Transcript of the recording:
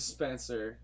Spencer